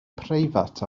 preifat